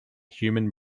human